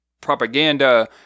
propaganda